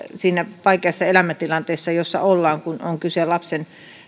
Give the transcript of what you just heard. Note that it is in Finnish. siinä vaikeassa elämäntilanteessa jossa ollaan kun on kyse lapsen